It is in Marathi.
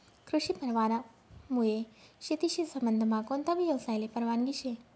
कृषी परवानामुये शेतीशी संबंधमा कोणताबी यवसायले परवानगी शे